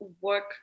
work